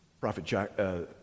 Prophet